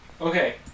Okay